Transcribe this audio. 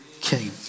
king